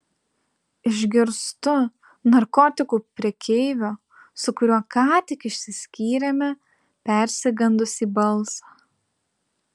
išgirstu narkotikų prekeivio su kuriuo ką tik išsiskyrėme persigandusį balsą